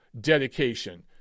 dedication